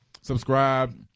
Subscribe